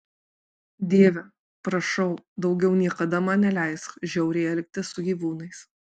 dieve prašau daugiau niekada man neleisk žiauriai elgtis su gyvūnais